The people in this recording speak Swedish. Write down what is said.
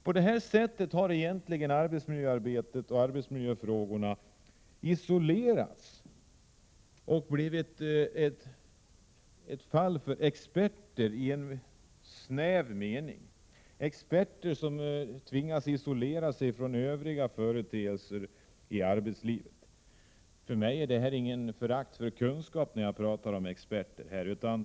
På detta sätt har arbetsmiljöarbetet och arbetsmiljöfrågorna isolerats och blivit något för experter i en snäv mening — experter som tvingas isolera sig från övriga företeelser i arbetslivet. Det jag säger om experter är inte ett uttryck för något förakt för experternas kunskaper.